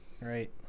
Right